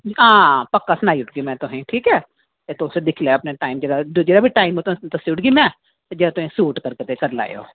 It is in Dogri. आं पक्का सनाई ओड़गी में तुसेंगी ठीक ऐ ते तुस दिक्खी लैयो टाईम उप्पर जेह्का बी टाईम तुसेंगी दस्सी ओड़गी ना में ते जेह्का तुसेंगी सूट करग ते करी लैयो